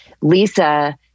Lisa